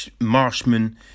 Marshman